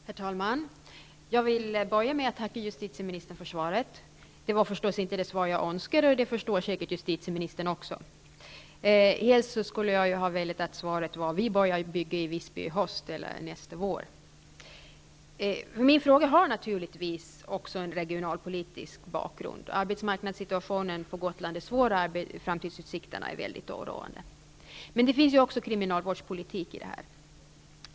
Herr talman! Jag vill börja med att tacka justitieministern för svaret. Det var förstås inte det svar jag önskade, och det förstår säkert också justitieministern. Helst skulle jag ha velat att svaret varit: Vi börjar bygga i Visby i höst eller nästa vår. Min interpellation har naturligtvis även en regionalpolitisk bakgrund. Arbetsmarknadssituationen på Gotland är svår, och framtidsutsikterna är väldigt oroande. Men det finns också kriminalvårdspolitik i detta.